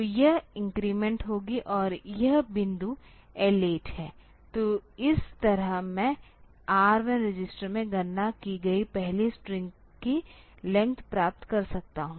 तो यह इन्क्रीमेंट होगी और यह बिंदु L8 है तो इस तरह मैं R 1 रजिस्टर में गणना की गई पहली स्ट्रिंग की लेंथ प्राप्त कर सकता हूं